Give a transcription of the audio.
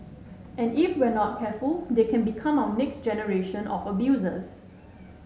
and if we are not careful they can become our next generation of abusers